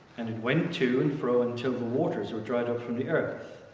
and it went to and fro until the waters were dried up from the earth.